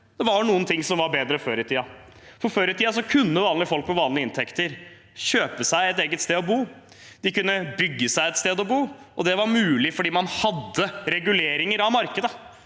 det var noen ting som var bedre før i tiden. Før i tiden kunne vanlige folk med vanlige inntekter kjøpe seg et eget sted å bo. De kunne bygge seg et sted å bo. Det var mulig fordi man hadde reguleringer av markedet.